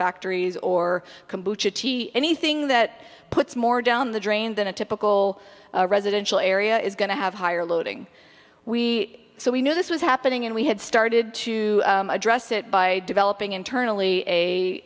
factories or anything that puts more down the drain than a typical residential area is going to have higher loading we so we knew this was happening and we had started to address it by developing internally